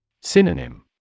synonym